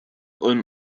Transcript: ulm